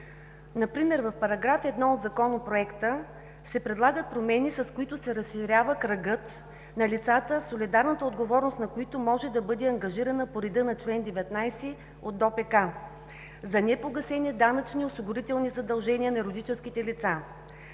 Например в § 1 от Законопроекта, се предлагат промени, с които се разширява кръгът на лицата, солидарната отговорност на които може да бъде ангажирана по реда на чл. 19 от ДОПК – за непогасени данъчни и осигурителни задължения на юридическите лица.